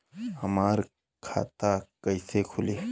हमार खाता कईसे खुली?